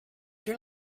your